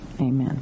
Amen